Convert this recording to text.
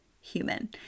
human